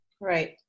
Right